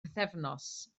pythefnos